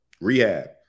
rehab